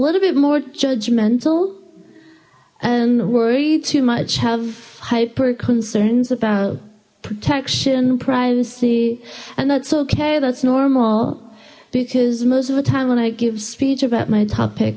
little bit more judgmental and worry too much have hyper concerns about protection privacy and that's okay that's normal because most of the time when i give speech about my topic